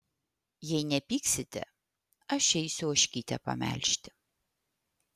jei nepyksite aš eisiu ožkytę pamelžti